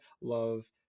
love